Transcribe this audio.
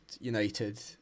United